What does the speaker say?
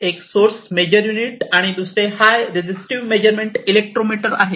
एक source measure unit आणि दुसरे हाय रेसिस्टिव्ह मेजरमेंट इलेक्ट्रोमीटर आहे